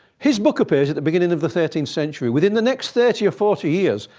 his book appears at the beginning of the thirteenth century. within the next thirty or forty years,